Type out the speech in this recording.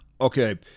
Okay